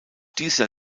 dieser